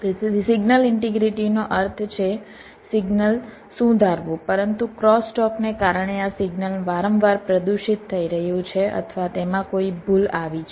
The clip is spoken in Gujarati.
તેથી સિગ્નલ ઈન્ટીગ્રિટીનો અર્થ છે સિગ્નલ શું ધારવું પરંતુ ક્રોસટોકને કારણે આ સિગ્નલ વારંવાર પ્રદૂષિત થઈ રહ્યું છે અથવા તેમાં કોઈ ભૂલ આવી છે